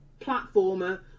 platformer